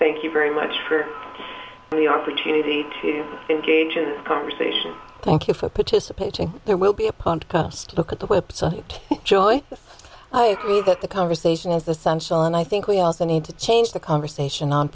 thank you very much for the opportunity to engage in this conversation thank you for participating there will be upon us look at the website joyce i agree that the conversation is essential and i think we also need to change the conversation on